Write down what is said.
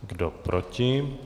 Kdo proti?